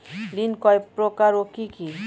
ঋণ কয় প্রকার ও কি কি?